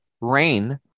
rain